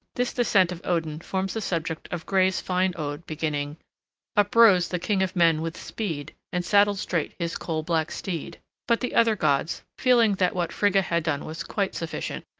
this descent of odin forms the subject of gray's fine ode beginning uprose the king of men with speed and saddled straight his coal-black steed but the other gods, feeling that what frigga had done was quite sufficient,